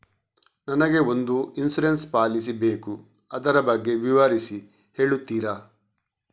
ನನಗೆ ಒಂದು insurance policy ಬೇಕು ಅದರ ಬಗ್ಗೆ ವಿವರಿಸಿ ಹೇಳುತ್ತೀರಾ?